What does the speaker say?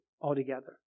altogether